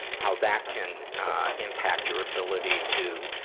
how that can impact your ability to